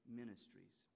ministries